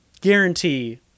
guarantee